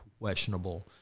questionable